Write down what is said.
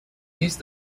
these